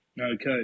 Okay